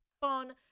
fun